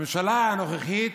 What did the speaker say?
הממשלה הנוכחית,